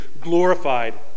glorified